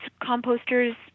composters